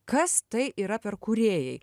kas tai yra per kūrėjai